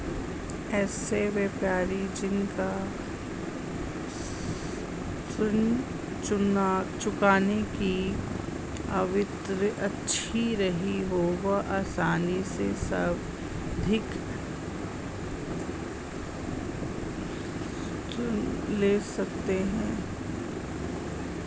ऐसे व्यापारी जिन का ऋण चुकाने की आवृत्ति अच्छी रही हो वह आसानी से सावधि ऋण ले सकते हैं